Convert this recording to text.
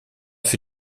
für